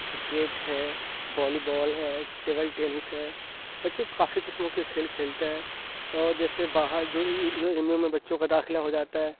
cricket ہے volleyball ہے table tennis ہے بچے کافی قسموں کے کھیل کھیلتے ہیں اور جیسے باہر جو اے ایم یو میں بچوں کا داخلہ ہو جاتا ہے